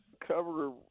cover